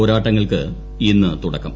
പോരാട്ടങ്ങൾക്ക് ഇന്ന് തുടക്കം